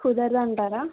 కుదరదు అంటారా